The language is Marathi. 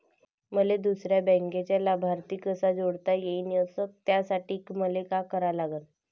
मले दुसऱ्या बँकेचा लाभार्थी कसा जोडता येईन, अस त्यासाठी मले का करा लागन?